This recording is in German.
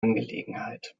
angelegenheit